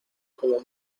como